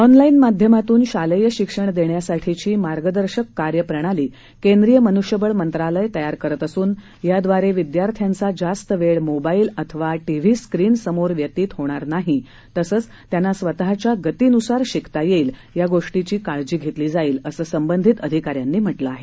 online माध्यमातून शालेय शिक्षण देण्यासाठीची मार्गदर्शक कार्यप्रणाली केंद्रीय मनृष्यबळ मंत्रालय तयार करत असून या द्वारे विद्यार्थ्यांचा जास्त वेळ मोबाईल अथवा टी व्ही स्क्रीन समोर व्यतीत होणार नाही तसंच त्यांना स्वतःच्या गतीनुसार शिकता येईल या गोष्टीची काळजी घेतली जाईल असं संबंधित अधिकाऱ्यांनी म्हटलं आहे